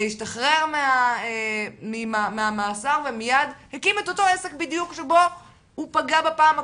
השתחרר ממאסר ומיד הקים את אותו עסק שבו הוא פגע בפעם הקודמת?